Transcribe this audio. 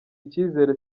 icyizere